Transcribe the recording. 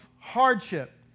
hardship